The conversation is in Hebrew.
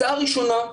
הצעה ראשונה: